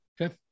okay